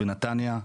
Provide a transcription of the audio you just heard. בנתניה,